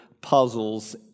puzzles